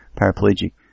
paraplegic